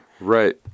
right